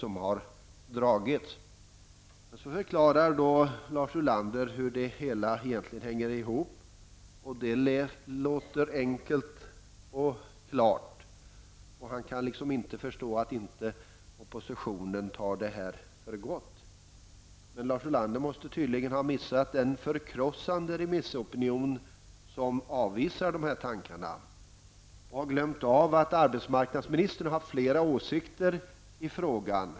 Lars Ulander förklarar sedan hur det hela hänger ihop, och det låter enkelt och klart. Han kan inte förstå att oppositionen inte tar detta för gott. Lars Ulander måste tydligen ha missat den förkrossande remissopinion som avvisar dessa tankar och glömt av att arbetsmarknadsministern haft flera åsikter i frågan.